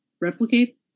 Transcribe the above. replicate